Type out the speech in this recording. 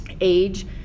age